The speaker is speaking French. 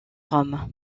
rome